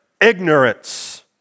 ignorance